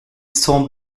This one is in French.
sent